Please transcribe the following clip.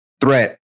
threat